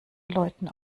leuten